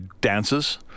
dances